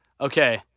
Okay